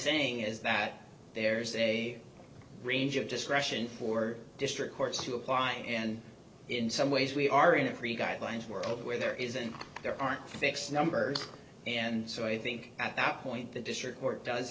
saying is that there's a range of discretion for district courts to apply and in some ways we are in a free guidelines world where there isn't there aren't fixed numbers and so i think at that point the district court does